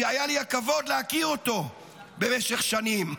שהיה לי הכבוד להכיר אותו במשך שנים,